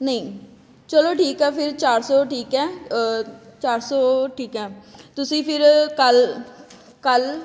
ਨਹੀਂ ਚਲੋ ਠੀਕ ਆ ਫਿਰ ਚਾਰ ਸੌ ਠੀਕ ਹੈ ਚਾਰ ਸੌ ਠੀਕ ਹੈ ਤੁਸੀਂ ਫਿਰ ਕੱਲ੍ਹ ਕੱਲ੍ਹ